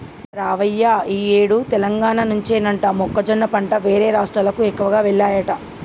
రావయ్య ఈ ఏడు తెలంగాణ నుంచేనట మొక్కజొన్న పంట వేరే రాష్ట్రాలకు ఎక్కువగా వెల్లాయట